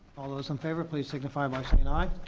all those in favor, please signify by saying aye.